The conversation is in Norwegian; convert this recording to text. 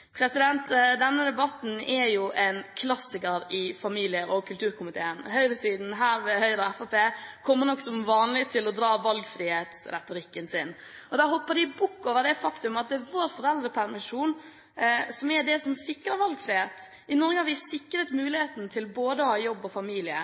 Denne debatten er en klassiker i familie- og kulturkomiteen. Høyresiden, her ved Høyre og Fremskrittspartiet, kommer nok som vanlig til å dra valgfrihetsretorikken sin. Da hopper de bukk over det faktum at vår foreldrepermisjon er det som sikrer valgfrihet. I Norge har vi sikret